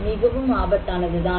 மிகவும் ஆபத்தானது தான்